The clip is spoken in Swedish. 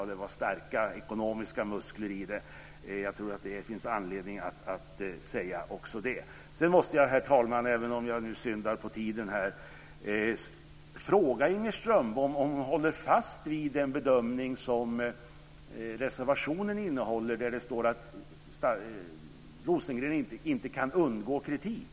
Det var också starka ekonomiska muskler i sammanhanget. Jag tror att det finns anledning att säga också det. Herr talman! Även om jag syndar tidsmässigt här måste jag få fråga Inger Strömbom om hon håller fast vid den bedömning som reservationen innehåller. Det står där att Rosengren inte kan undgå kritik.